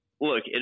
Look